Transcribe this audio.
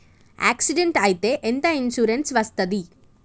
Accident అయితే ఎంత insurance వస్తది?